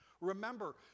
Remember